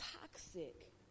toxic